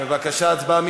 בבקשה, הצבעה.